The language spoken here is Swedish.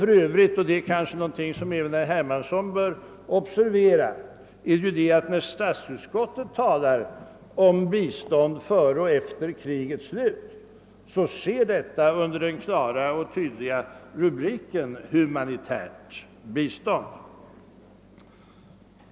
För övrigt göres statsutskottets uttalande om bistånd före och efter krigets slut — och det är kanske något som även herr Hermansson bör observera — under den klara och tydliga rubriken »humanitärt bistånd».